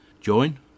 Join